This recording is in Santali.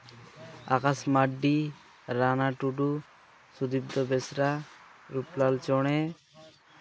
ᱟᱠᱟᱥ ᱢᱟᱨᱰᱤ ᱨᱟᱱᱟ ᱴᱩᱰᱩ ᱥᱩᱫᱤᱯᱛᱚ ᱵᱮᱥᱨᱟ ᱨᱩᱯᱞᱟᱞ ᱪᱚᱬᱮ